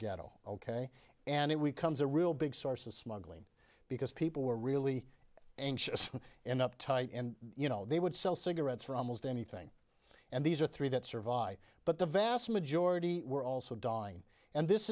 ghetto ok and it we comes a real big source of smuggling because people were really anxious and up tight and you know they would sell cigarettes for almost anything and these are three that survive but the vast majority were also dying and this